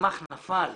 שגמ"ח נפל.